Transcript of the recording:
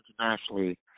internationally